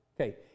Okay